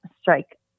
strike